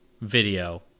video